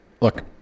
look